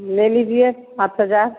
ले लीजिए पाँच हज़ार